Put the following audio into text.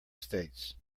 states